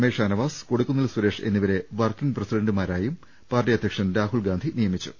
I Shanavas Kodikunnil Suresh എന്നിവരെ working പ്രസിഡന്റുമാരായും party അധ്യക്ഷൻ രാഹുൽ ഗാന്ധി നിയമിച്ചു